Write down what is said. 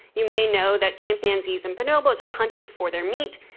you may know that chimpanzees and bonobos are hunted for their meat,